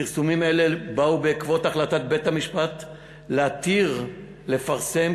פרסומים אלה באו בעקבות החלטת בית-המשפט להתיר לפרסם